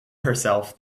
herself